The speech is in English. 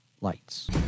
lights